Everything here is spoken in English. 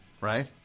Right